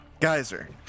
Geyser